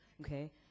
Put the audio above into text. Okay